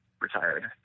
retired